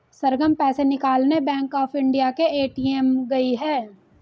सरगम पैसे निकालने bank of India के ए.टी.एम गई है